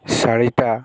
শাড়িটা